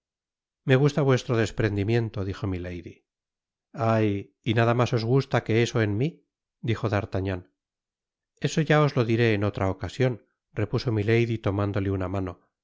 me gusta vuestro desprendimiento dijo milady ay y nada mas os gusta que eso en mi dijo d'artagnan eso ya os lo diré en otra ocasion repuso milady tomándole una mano t